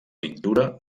pintura